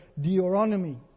Deuteronomy